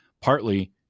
Partly